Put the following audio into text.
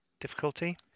Difficulty